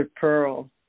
Pearl